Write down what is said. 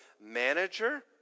manager